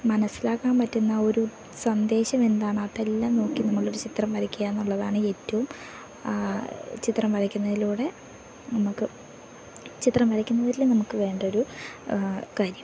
മനസ്സിലാക്കാൻ പറ്റുന്നത് ഒരൂ സന്ദേശം എന്താണ് അതെല്ലാം നോക്കി നമ്മൾ ഒരു ചിത്രം വരയ്ക്കുക എന്നുള്ളതാണ് ഏറ്റവും ചിത്രം വരയ്ക്കുന്നതിലൂടെ നമുക്ക് ചിത്രം വരയ്ക്കുന്നതിൽ നമുക്ക് വേണ്ട ഒരു കാര്യം